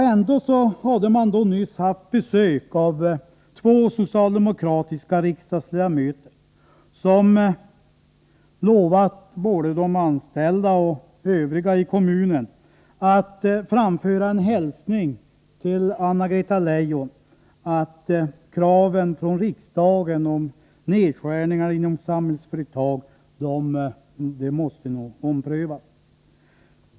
Ändå hade man nyligen haft besök av två socialdemokratiska riksdagsledamöter som hade lovat både de anställda och övriga i kommunen att framföra en hälsning till Anna-Greta Leijon att kraven från riksdagen på nedskärningar inom Samhällsföretag måste omprövas.